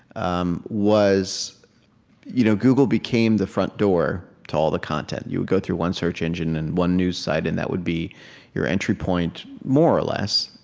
um was you know google became the front door to all the content. you would go through one search engine and one news site, and that would be your entry point more or less.